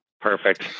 perfect